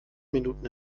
minuten